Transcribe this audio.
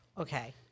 okay